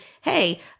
hey